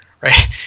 right